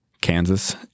Kansas